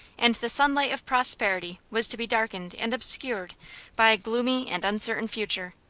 and the sunlight of prosperity was to be darkened and obscured by a gloomy and uncertain future.